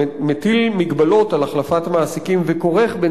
המטיל מגבלות על החלפת מעסיקים וכורך בין